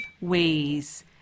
ways